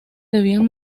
debían